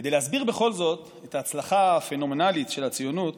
כדי להסביר בכל זאת את ההצלחה הפנומנלית של הציונות